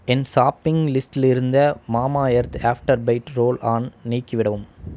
என் shopping லிஸ்டிலிருந்த Mamaearth after bite roll on நீக்கிவிடவும்